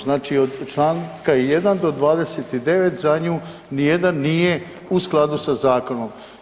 Znači od Članka 1. do 29. za nju ni jedan nije u skladu sa zakonom.